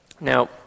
Now